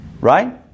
Right